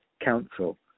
council